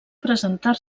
presentar